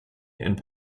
and